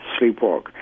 Sleepwalk